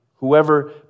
Whoever